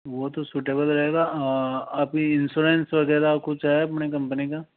वो तो सूटेबल रहेगा आपकी इनशोरेंस वगैरह कुछ है अपनी कंपनी का